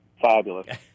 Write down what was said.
Fabulous